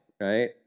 right